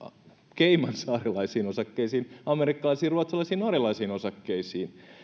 caymansaarelaisiin osakkeisiin amerikkalaisiin ruotsalaisiin norjalaisiin osakkeisiin